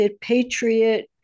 patriot